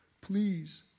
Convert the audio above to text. please